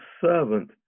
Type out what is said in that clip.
servant